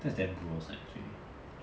that's damn gross leh actually